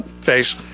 face